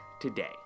today